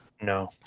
No